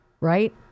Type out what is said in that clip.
right